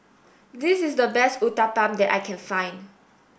this is the best Uthapam that I can find